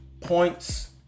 points